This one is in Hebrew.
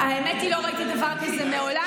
האמת היא שלא ראיתי דבר כזה מעולם,